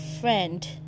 friend